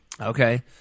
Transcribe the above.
Okay